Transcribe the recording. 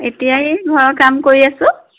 এতিয়া এই ঘৰৰ কাম কৰি আছো